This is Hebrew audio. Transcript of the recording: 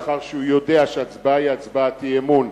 לאחר שהוא יודע שההצבעה היא הצבעת אי-אמון,